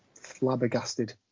Flabbergasted